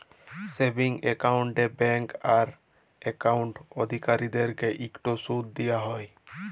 savings একাউল্টে bank account অধিকারীদেরকে ইকট সুদ দিয়া হ্যয়